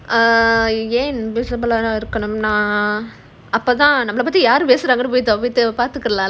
err schedule இருக்கனும்னா அப்போதான் நம்மள பத்தி யாரு பேசுறாங்கனு பார்த்துக்கலாம்:irukanumnaa appothaan namala pathi yaaru pesurangaanu paarthukalaam